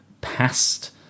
past